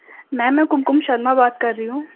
میم میں کمکم شرما بات کر رہی ہوں